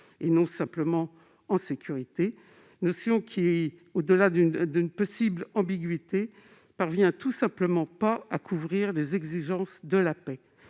et non pas seulement en sécurité, notion qui, au-delà d'une possible ambiguïté, ne couvre tout simplement pas les exigences de la paix.